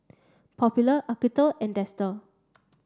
Popular Acuto and Dester